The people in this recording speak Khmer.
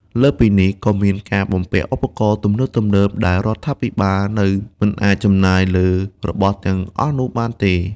លើសពីនេះ ក៏មានការបំពាក់ឧបករណ៍ទំនើបៗ ដែលរដ្ឋាភិបាលនៅមិនអាចចំណាយលើរបស់ទាំងអស់នោះបានទេ។